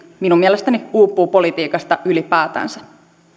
minun mielestäni uupuu politiikasta ylipäätänsä